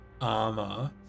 armor